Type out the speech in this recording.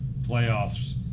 playoffs